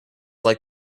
like